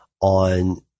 on